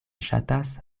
ŝatas